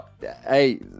hey